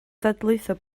dadlwytho